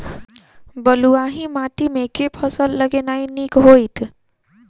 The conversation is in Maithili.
बलुआही माटि मे केँ फसल लगेनाइ नीक होइत?